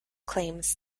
claims